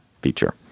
feature